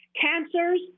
cancers